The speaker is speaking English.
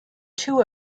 two